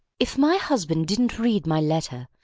if my husband didn't read my letter,